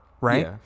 right